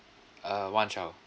uh one child